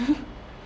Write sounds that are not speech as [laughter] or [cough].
[laughs]